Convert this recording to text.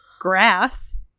Grass